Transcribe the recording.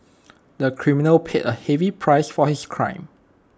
the criminal paid A heavy price for his crime